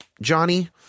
Johnny